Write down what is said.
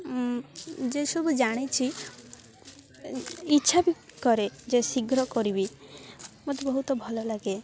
ଯେସବୁ ଜାଣିଛି ଇଚ୍ଛା ବି କରେ ଯେ ଶୀଘ୍ର କରିବି ମୋତେ ବହୁତ ଭଲଲାଗେ